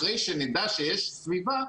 אחרי שנדע שיש סביבה,